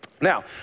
Now